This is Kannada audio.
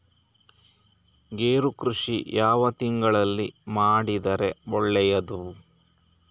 ಗೇರು ಕೃಷಿ ಯಾವ ತಿಂಗಳಲ್ಲಿ ಮಾಡಿದರೆ ಒಳ್ಳೆಯದು?